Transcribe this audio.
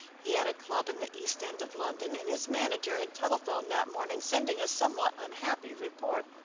he had a club in the east end of london and his manager had telephoned that morning sending a somewhat unhappy report.